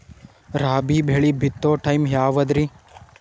ರಾಬಿ ಬೆಳಿ ಬಿತ್ತೋ ಟೈಮ್ ಯಾವದ್ರಿ?